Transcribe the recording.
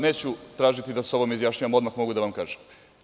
Neću tražiti da se o ovome izjašnjavamo, odmah mogu da vam kažem.